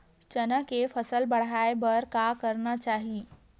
चना के फसल बढ़ाय बर का करना चाही?